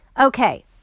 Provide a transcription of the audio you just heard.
Okay